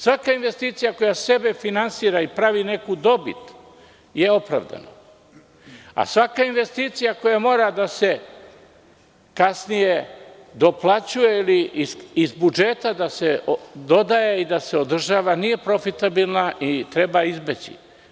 Svaka investicija koja sebe finansira i pravi neku dobit je opravdana, a svaka investicija koja mora kasnije da se doplaćuje ili iz budžeta da se dodaje i da se održava nije profitabilna i treba je izbeći.